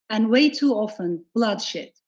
and, way too often, bloodshed.